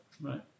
right